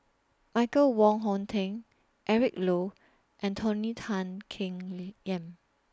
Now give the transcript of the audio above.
Michael Wong Hong Teng Eric Low and Tony Tan Keng Yam